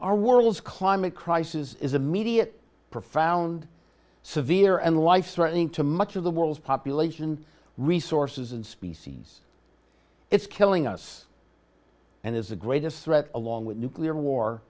our world's climate crisis is a media profound severe and life threatening to much of the world's population resources and species it's killing us and is the greatest threat along with nuclear war